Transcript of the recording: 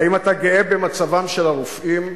האם אתה גאה במצבם של הרופאים?